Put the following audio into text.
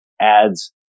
adds